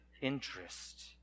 interest